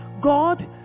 god